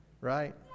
Right